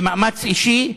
במאמץ אישי,